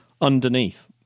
underneath